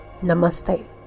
namaste